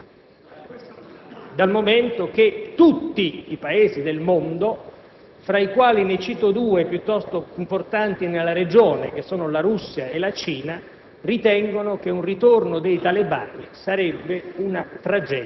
delle Nazioni Unite e dell'insieme dei Paesi del mondo, tra i quali - faccio osservare - non ve n'è neppure uno che sostenga la necessità di ritirare le forze internazionali dall'Afghanistan,